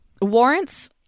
warrants